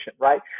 Right